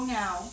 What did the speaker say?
now